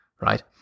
right